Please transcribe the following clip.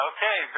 Okay